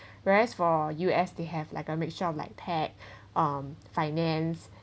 whereas for U_S they have like a mixture of like peg um finance